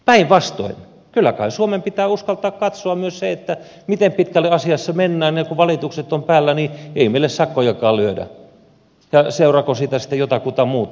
päinvastoin kyllä kai suomen pitää uskaltaa katsoa myös se miten pitkälle asiassa mennään ja kun valitukset ovat päällä niin ei meille sakkojakaan lyödä ja seuraako siitä sitten jotakin muuta